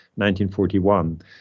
1941